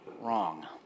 wrong